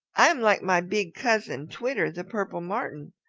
i am like my big cousin, twitter the purple martin,